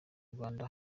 rwanda